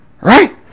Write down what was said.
right